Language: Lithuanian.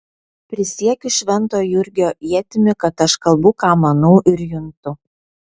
prisiekiu švento jurgio ietimi kad aš kalbu ką manau ir juntu